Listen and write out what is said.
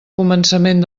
començament